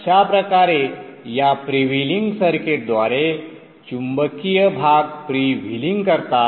अशा प्रकारे या फ्रीव्हीलिंग सर्किटद्वारे चुंबकीय भाग फ्रीव्हीलिंग करतात